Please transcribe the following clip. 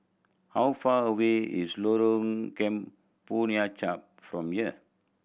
how far away is Lorong Kemunchup from here